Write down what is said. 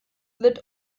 wird